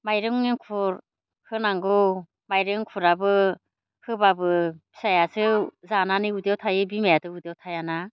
माइरं एंखुर होनांगौ मइरं एंखुराबो होब्लाबो फिसायासो जानानै उदैयाव थायो बिमायाथ' उदैयाव थायाना